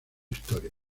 historia